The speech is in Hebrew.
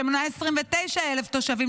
שמונה 29,000 תושבים,